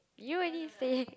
you only say